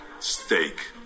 Steak